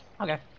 Okay